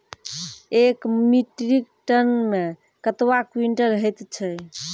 एक metric tonne मे कतवा क्वींटल हैत छै?